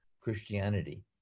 Christianity